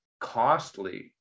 costly